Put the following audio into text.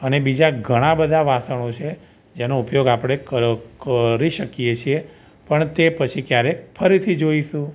અને બીજા ઘણાં બધાં વાસણો છે જેનો ઉપયોગ આપણે ક કરી શકીએ છીએ પણ તે પછી કયારેક ફરીથી જોઈશું